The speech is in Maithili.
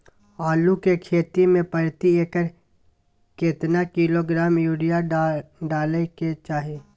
आलू के खेती में प्रति एकर केतना किलोग्राम यूरिया डालय के चाही?